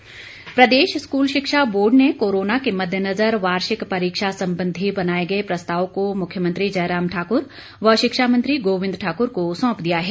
board परीक्षा प्रदेश school शिक्षा बोर्ड ने कोरोना के मददेनज़र वार्षिक परीक्षा संबंधी बनाए गए प्रस्ताव को मुख्यमंत्री जयराम ठाक्र व शिक्षा मंत्री गोविंद ठाक्र को सौंप दिया है